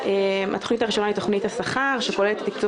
התכנית הראשונה היא תכנית השכר שכוללת תקצוב